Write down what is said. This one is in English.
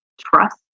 trust